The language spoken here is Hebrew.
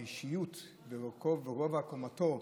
באישיותו ובגובה קומתו,